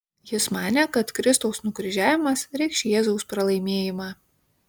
jis manė kad kristaus nukryžiavimas reikš jėzaus pralaimėjimą